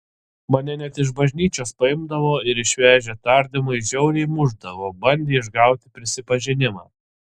mane net iš bažnyčios paimdavo ir išvežę tardymui žiauriai mušdavo bandė išgauti prisipažinimą